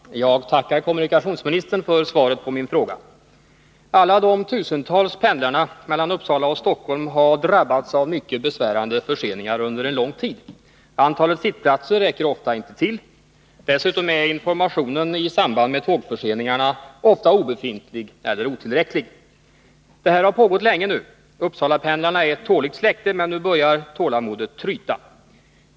Herr talman! Jag tackar kommunikationsministern för svaret på min fråga. Alla de tusentals pendlarna mellan Uppsala och Stockholm har under en lång tid drabbats av mycket besvärande förseningar. Antalet sittplatser räcker ofta inte till. Dessutom är informationen i samband med tågförseningarna ofta obefintlig eller otillräcklig. Det här har pågått länge nu. Uppsalapendlarna är ett tåligt släkte, men nu börjar tålamodet tryta.